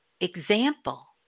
Example